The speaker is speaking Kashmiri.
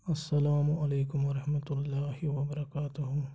اسلام ُعلیکم ورحمتہ اللہ وبرکاتہ